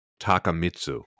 Takamitsu